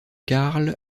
carl